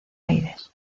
aires